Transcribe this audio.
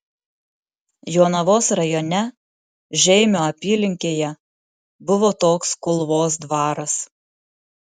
jonavos rajone žeimio apylinkėje buvo toks kulvos dvaras